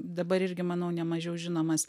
dabar irgi manau ne mažiau žinomas